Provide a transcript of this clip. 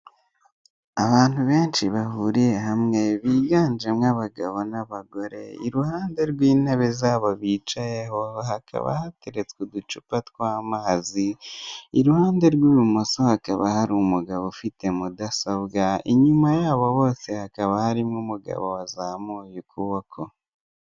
Ahantu benshi bahuriye hamwe, biganjemo abagabo n'abagore, iruhande rw'intebe zabo bicayeho hakaba hateretse uducupa tw'amazi, iruhande rw'ibumoso hakaba hari umugabo ufite mudasobwa, inyuma yabo bose hakaba harimo umugabo wazamuye ukuboko.